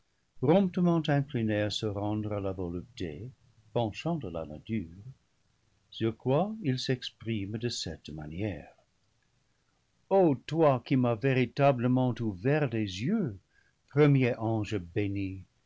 promptement incliné à se rendre à la volupté penchant de la nature sur quoi il s'exprime de cette manière o toi qui m'as véritablement ouvert les yeux premier ange béni